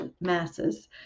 masses